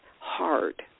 hard